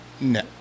No